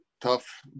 tough